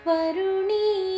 Varuni